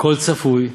הכול צפוי,